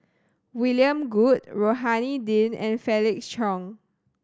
William Goode Rohani Din and Felix Cheong